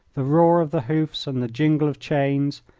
the roar of the hoofs and the jingle of chains,